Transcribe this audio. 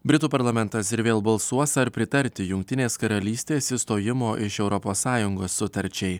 britų parlamentas ir vėl balsuos ar pritarti jungtinės karalystės išstojimo iš europos sąjungos sutarčiai